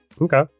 Okay